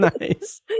nice